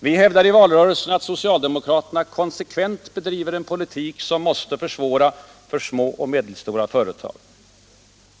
Vi hävdade i valrörelsen att socialdemokraterna konsekvent bedriver en politik som måste försvåra för små och medelstora företag.